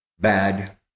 Bad